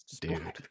Dude